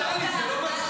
לא, טלי, זה לא מצחיק.